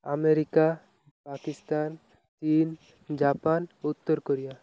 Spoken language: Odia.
ଆମେରିକା ପାକିସ୍ତାନ ଚୀନ ଜାପାନ ଉତ୍ତର କୋରିଆ